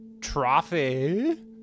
trophy